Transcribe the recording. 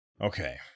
Okay